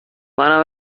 منم